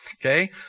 okay